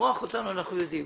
למרוח אותנו, אנחנו יודעים.